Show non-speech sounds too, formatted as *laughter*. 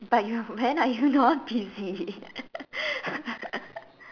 but you when are you not busy *laughs*